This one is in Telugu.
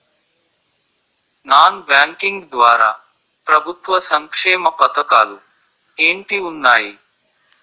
నాన్ బ్యాంకింగ్ ద్వారా ప్రభుత్వ సంక్షేమ పథకాలు ఏంటి ఉన్నాయి?